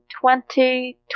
twenty